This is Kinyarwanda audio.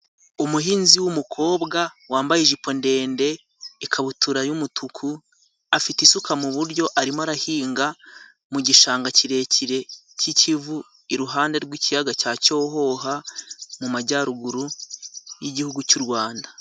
Umuhinzi w'umukobwa wambaye ijipo ndende, ikabutura y'umutuku, afite isuka mu buryo, arimo arahinga mu gishanga kirekire cy'iikivu iruhande rw'ikiyaga cya Cyohoha, mu majyaruguru y'igihugu cy'u Rwanda.